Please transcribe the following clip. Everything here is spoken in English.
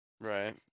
Right